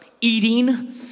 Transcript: eating